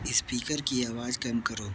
speaker की आवाज़ कम करो